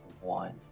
one